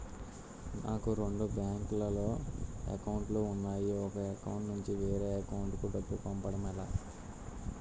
నాకు రెండు బ్యాంక్ లో లో అకౌంట్ లు ఉన్నాయి ఒక అకౌంట్ నుంచి వేరే అకౌంట్ కు డబ్బు పంపడం ఎలా?